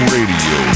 Radio